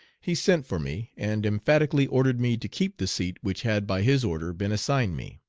he sent for me and emphatically ordered me to keep the seat which had by his order been assigned me.